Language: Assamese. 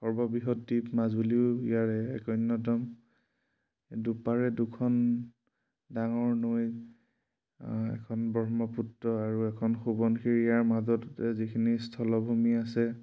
সৰ্ববৃহৎ দ্বীপ মাজুলীও ইয়াৰে এক অন্যতম দুপাৰে দুখন ডাঙৰ নৈ এখন ব্ৰহ্মপুত্ৰ আৰু এখন সোৱনশিৰী ইয়াৰ মাজত যিখিনি স্থলভূমি আছে